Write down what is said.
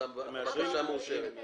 הבקשה מאושרת.